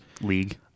League